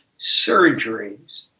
surgeries